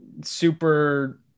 super